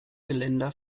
geländer